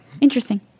interesting